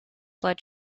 blood